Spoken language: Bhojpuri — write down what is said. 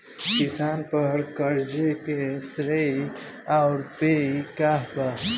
किसान पर क़र्ज़े के श्रेइ आउर पेई के बा?